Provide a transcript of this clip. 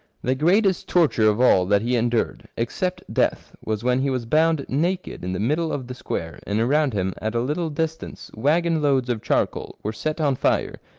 the greatest torture of all that he endured, except death, was when he was bound naked in the middle of the square, and around him at a little distance waggon-loads of charcoal were set on fire,